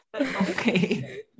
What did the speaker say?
Okay